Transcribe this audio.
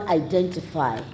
identify